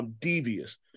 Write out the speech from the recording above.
devious